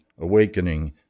awakening